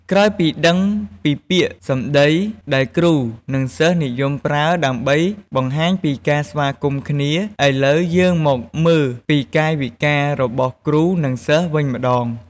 ក្រោយពីដឹងពីពាក្យសម្ដីដែលគ្រូ និងសិស្សនិយមប្រើដើម្បីបង្ហាញពីការស្វាគមន៍គ្នា ឥឡូវយើងមកមើលពីកាយវិការរបស់គ្រូ និង សិស្សវិញម្ដង។